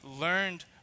learned